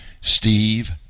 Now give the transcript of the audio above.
steve